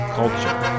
culture